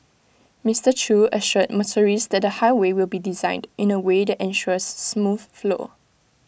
Mister chew assured motorists that the highway will be designed in A way that ensures smooth flow